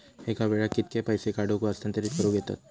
एका वेळाक कित्के पैसे काढूक व हस्तांतरित करूक येतत?